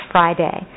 Friday